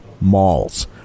malls